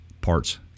parts